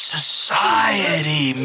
Society